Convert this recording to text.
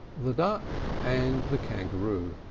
the duck and the kangaroo.